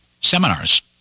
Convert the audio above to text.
seminars